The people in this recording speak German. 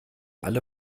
alle